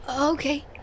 Okay